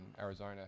Arizona